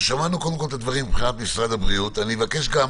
הדברים מבחינת משרד הבריאות.